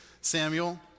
Samuel